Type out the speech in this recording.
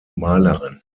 malerin